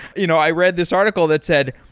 you know i read this article that said,